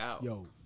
Yo